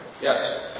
Yes